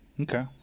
Okay